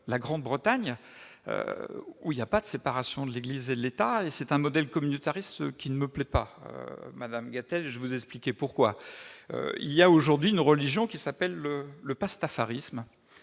la Grande-Bretagne, où il n'y a pas de séparation de l'Église et de l'État. Ce modèle communautariste ne me plaît pas, madame Gatel, et je vais vous expliquer pourquoi. Il existe aujourd'hui une religion, le pastafarisme,